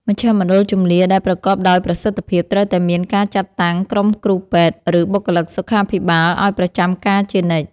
មជ្ឈមណ្ឌលជម្លៀសដែលប្រកបដោយប្រសិទ្ធភាព ត្រូវតែមានការចាត់តាំងក្រុមគ្រូពេទ្យ ឬបុគ្គលិកសុខាភិបាលឱ្យប្រចាំការជានិច្ច។